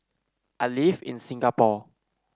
I live in Singapore